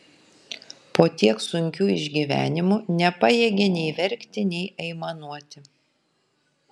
po tiek sunkių išgyvenimų nepajėgė nei verkti nei aimanuoti